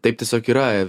taip tiesiog yra